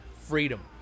freedom